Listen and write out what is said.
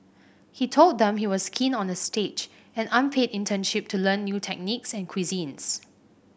he told them he was keen on a stage an unpaid internship to learn new techniques and cuisines